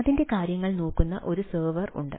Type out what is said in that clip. അതിന്റെ കാര്യങ്ങൾ നോക്കുന്ന ഒരു സോൾവെർ ഉണ്ട്